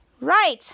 right